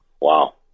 wow